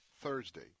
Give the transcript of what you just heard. Thursday